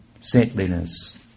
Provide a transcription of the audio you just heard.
saintliness